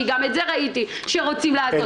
גם את זה ראיתי שרוצים לעשות.